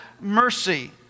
mercy